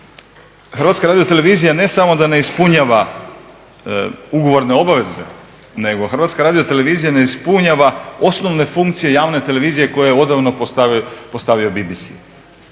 Hrvatska radiotelevizija ne samo da ne ispunjava ugovorne obveze nego Hrvatska radiotelevizija ne ispunjava osnovne funkcije javne televizije koje je odavno postavio BBC,